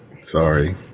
sorry